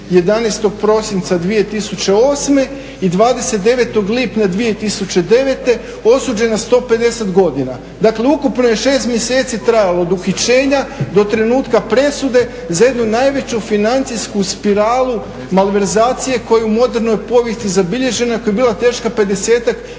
11.prosinca 2008.i 29.lipnja 2009.osuđen na 150 godina. Dakle ukupno je 6 mjeseci trajalo od uhićenja do trenutka presude za jednu najveću financijsku spiralu malverzacije koja je u modernoj povijesti zabilježena koja je bila teška 50-ak